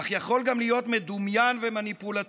אך יכול גם להיות מדומיין ומניפולטיבי,